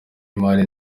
imari